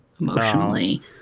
emotionally